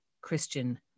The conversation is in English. Christian